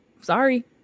sorry